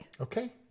Okay